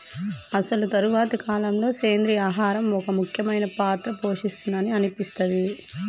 అసలు తరువాతి కాలంలో, సెంద్రీయ ఆహారం ఒక ముఖ్యమైన పాత్ర పోషిస్తుంది అని అనిపిస్తది